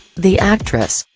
the actress,